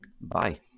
Bye